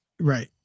Right